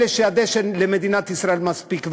אלה, שהדשן למדינת ישראל מספיק.